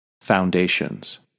foundations